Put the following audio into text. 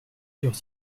purs